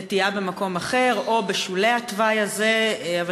נטיעה במקום אחר או בשולי התוואי הזה.